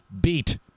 beat